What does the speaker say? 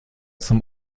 zum